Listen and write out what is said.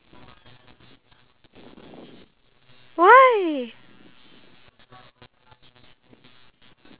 oh ya so for the first day we wake up at eight and then we get ready until eight thirty then we go down for breakfast